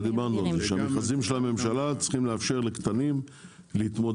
דיברנו על זה שהמכרזים של הממשלה צריכים לאפשר לעסקים קטנים להתמודד.